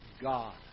God